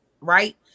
right